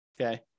okay